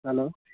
hello